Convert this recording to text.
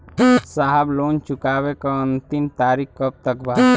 साहब लोन चुकावे क अंतिम तारीख कब तक बा?